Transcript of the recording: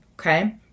okay